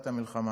סליחה.